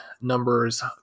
numbers